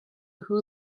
who